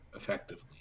effectively